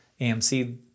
AMC